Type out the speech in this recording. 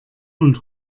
und